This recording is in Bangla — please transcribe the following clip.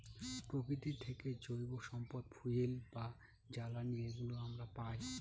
প্রকৃতি থেকে জৈব সম্পদ ফুয়েল বা জ্বালানি এগুলো আমরা পায়